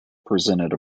presented